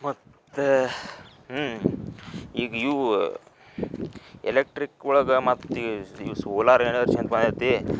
ಮತ್ತು ಹ್ಞೂ ಈಗ ಇವು ಎಲೆಕ್ಟ್ರಿಕ್ ಒಳ್ಗೆ ಮತ್ತು ಈ ಈ ಸೋಲಾರ್ ಎನರ್ಜಿ ಅಂದು ಬಂದೈತಿ